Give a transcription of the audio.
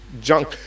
junk